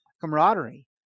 camaraderie